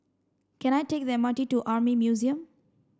can I take the M R T to Army Museum